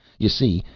you see,